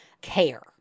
care